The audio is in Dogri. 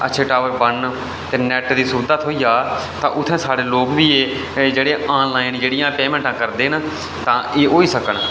अच्छे टाबर बनन नैट दी सुविधा थ्होई जा ते उत्थै साढ़े लोग बी जेह्ड़े आनलाइन पेमैंटां करदे न ते एह् होई सकन